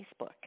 Facebook